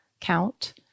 count